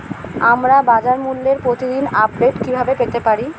আমরা বাজারমূল্যের প্রতিদিন আপডেট কিভাবে পেতে পারি?